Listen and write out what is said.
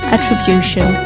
Attribution